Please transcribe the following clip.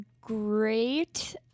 great